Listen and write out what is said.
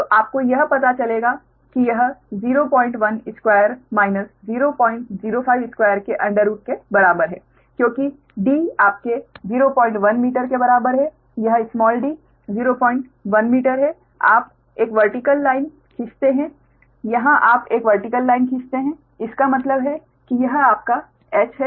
तो आपको यह पता चलेगा कि यह 012- 0052 के अंडररूट के बराबर है क्योंकि d आपके 01 मीटर के बराबर है यह d 01 मीटर है आप एक वर्टीकल लाइन खींचते हैं यहां आप एक वर्टीकल लाइन खींचते हैं इसका मतलब है कि यह आपका h है